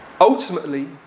Ultimately